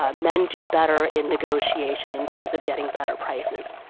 ah men do better in negotiation in terms of getting better prices.